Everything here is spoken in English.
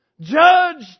judged